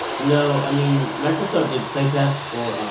no. i mean, microsoft did play tests for